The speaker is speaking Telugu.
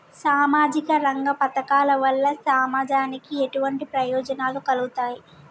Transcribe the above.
సామాజిక రంగ పథకాల వల్ల సమాజానికి ఎటువంటి ప్రయోజనాలు కలుగుతాయి?